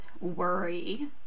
worry